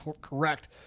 correct